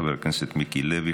חבר הכנסת מיקי לוי,